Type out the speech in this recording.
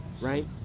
right